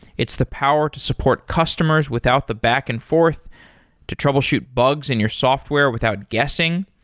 it's the power to support customers without the back and forth to troubleshoot bugs in your software without guessing.